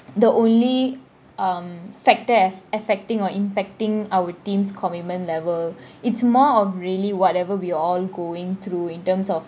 the only um factor af~ affecting or impacting our teams' commitment level it's more of really whatever we all going through in terms of